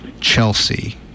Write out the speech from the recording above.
Chelsea